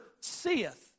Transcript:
seeth